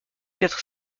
quatre